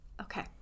Okay